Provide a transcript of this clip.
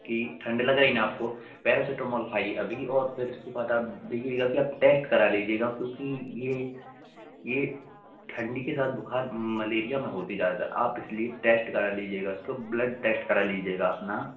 कि ठंड लग रही है ना आपको पेरेसिटामोल खाइए अभी और फिर उसके बाद आप देखिएगा कि आप टेस्ट करा लीजिएगा क्योंकि यह यह ठंडी के साथ बुख़ार मलेरिया में होती है ज़्यादातर आप इसलिए टेस्ट करा लीजिएगा उसमें ब्लड टेस्ट करा लीजिएगा अपना